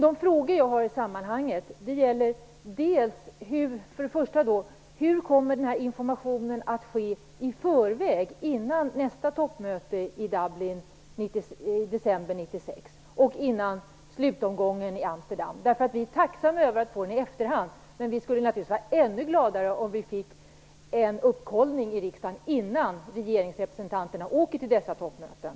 De frågor jag har i sammanhanget gäller för det första om det kan lämnas någon information i förväg inför nästa toppmöte i Dublin i december 1996 och inför slutomgången i Amsterdam. Vi är tacksamma över att få information i efterhand, men vi skulle naturligtvis vara ännu gladare om vi fick den i riksdagen innan regeringsrepresentanterna åker till dessa toppmöten.